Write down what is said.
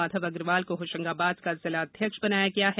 माधव अग्रवाल को होशंगाबाद का जिला अध्यक्ष नियुक्त किया गया है